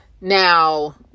now